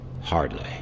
Hardly